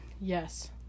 yes